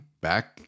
back